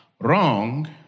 wrong